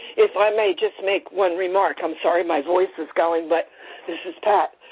if i may just make one remark. i'm sorry, my voice is going, but this is pat.